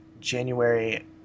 January